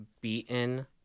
beaten